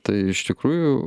tai iš tikrųjų